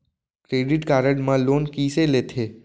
Credit card मा loan कइसे लेथे?